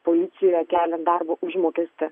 policijoje keliant darbo užmokestį